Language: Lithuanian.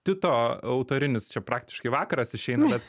tito autorinis čia praktiškai vakaras išeina bet